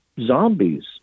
zombies